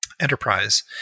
enterprise